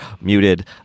muted